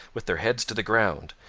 with their heads to the ground,